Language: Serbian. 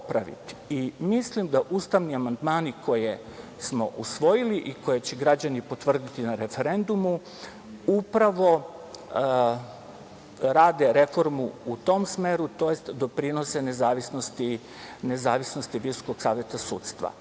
Mislim da ustavni amandmani koje smo usvojili i koje će građani potvrditi na referendumu upravo rade reformu u tom smeru, tj. doprinose nezavisnosti Visokog saveta sudstva. Naravno,